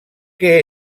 què